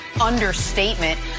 understatement